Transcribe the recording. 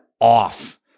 off